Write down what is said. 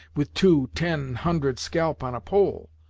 with two, ten, hundred scalp on a pole!